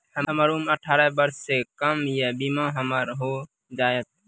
हमर उम्र अठारह वर्ष से कम या बीमा हमर हो जायत?